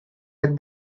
had